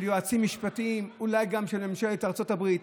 של יועצים משפטיים, אולי גם של ממשלת ארצות הברית.